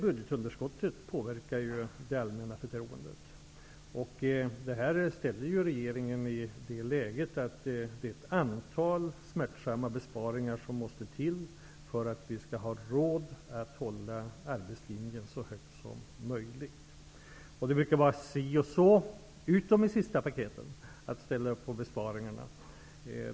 Budgetunderskottet påverkar det allmänna förtroendet. Det här försätter regeringen i det läget att ett antal smärtsamma besparingar måste till för att vi skall ha råd att hålla arbetslinjen så högt som möjligt. Det brukar vara litet si och så, utom beträffande sista paketet, när det gäller att ställa upp på besparingar.